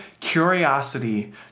curiosity